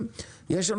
אלא